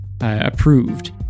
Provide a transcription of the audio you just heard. Approved